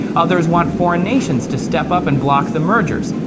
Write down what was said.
others want foreign nations to step up and block the mergers.